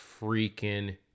freaking